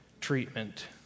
treatment